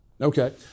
Okay